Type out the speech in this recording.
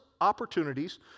opportunities